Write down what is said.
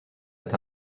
est